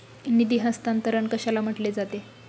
निधी हस्तांतरण कशाला म्हटले जाते?